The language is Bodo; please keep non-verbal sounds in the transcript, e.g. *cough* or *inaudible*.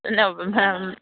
*unintelligible*